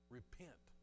repent